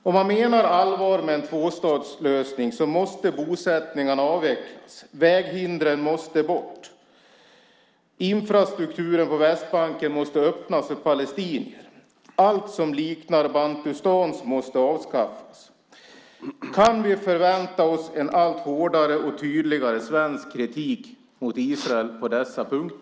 Om man menar allvar med en tvåstatslösning måste bosättningarna avvecklas. Väghindren måste bort. Infrastrukturen på Västbanken måste öppnas för palestinier. Allt som liknar bantustans måste avskaffas. Kan vi vänta oss en allt hårdare och tydligare svensk kritik mot Israel på dessa punkter?